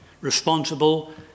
responsible